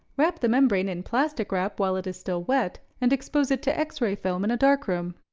wrap the membrane in plastic wrap while it is still wet, and expose it to x-ray film in a dark room.